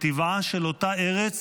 בטבעה של אותה ארץ